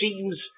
seems